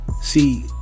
see